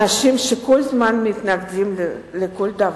אנשים שכל הזמן מתנדבים לכל דבר?